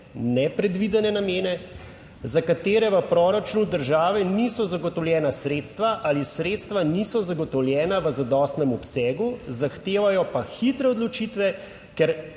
nepredvidene namene, za katere v proračunu države niso zagotovljena sredstva ali sredstva niso zagotovljena v zadostnem obsegu, zahtevajo pa hitre odločitve, ker